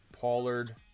Pollard